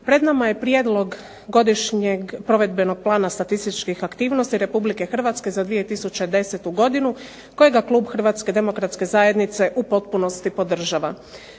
Pred nama je prijedlog godišnjeg provedbenog plana statističkih aktivnosti Republike Hrvatske za 2010. godinu, kojega klub Hrvatske demokratske zajednice u potpunosti podržava.